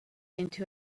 into